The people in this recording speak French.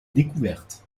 découverte